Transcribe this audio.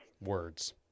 words